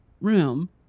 room